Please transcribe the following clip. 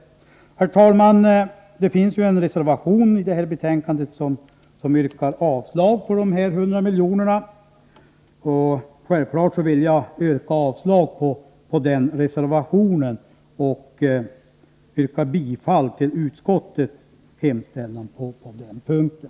Herr talman! Det finns ju en reservation vid detta betänkande som går ut på att avslå anslaget på 100 milj.kr. Självfallet vill jag yrka avslag på den reservationen och bifall till utskottets hemställan på den punkten.